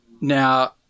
Now